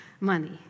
money